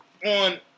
on